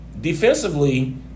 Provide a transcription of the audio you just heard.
defensively